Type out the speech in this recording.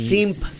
Simp